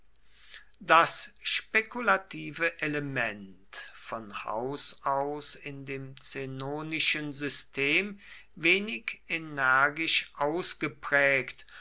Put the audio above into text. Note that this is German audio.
das spekulative element von haus aus in dem zenonischen system wenig energisch ausgeprägt